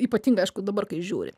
ypatingai aišku dabar kai žiūri